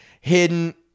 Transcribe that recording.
hidden